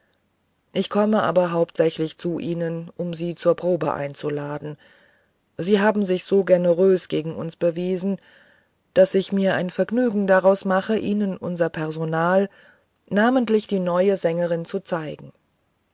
ich komme aber hauptsächlich zu ihnen um sie zur probe einzuladen sie haben sich so generös gegen uns bewiesen daß ich mir ein vergnügen daraus mache ihnen unser personal namentlich die neue sängerin zu zeigen